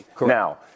Now